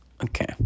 Okay